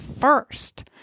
first